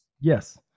yes